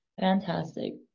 Fantastic